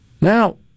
Now